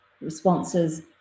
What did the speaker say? responses